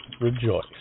rejoice